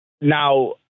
now